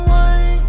one